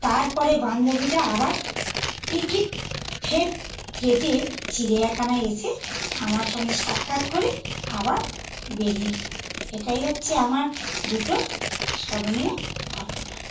তারপরে বান্ধবীটা আবার টিকিট ফের কেটে চিড়িয়াখানায় এসে আমার সঙ্গে সাক্ষাৎ করে আবার বেরিয়ে গেলাম এটাই হচ্ছে আমার দুটো স্মরণীয় ঘটনা